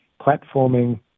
platforming